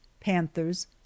panthers